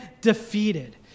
defeated